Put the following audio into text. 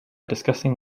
discussing